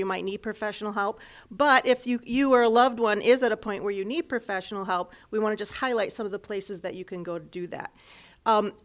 you might need professional help but if you are a loved one is at a point where you need professional help we want to just highlight some of the places that you can go do that